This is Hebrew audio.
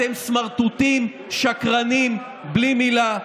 אתם סמרטוטים, שקרנים, בלי מילה.